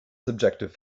subjective